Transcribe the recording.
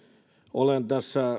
olen tässä